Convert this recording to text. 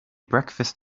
breakfast